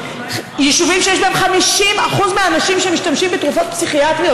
שבהם 50% מהאנשים משתמשים בתרופות פסיכיאטריות?